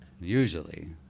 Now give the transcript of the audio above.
Usually